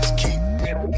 keep